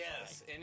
Yes